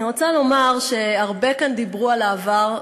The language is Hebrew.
אני רוצה לומר שהרבה כאן דיברו על העבר,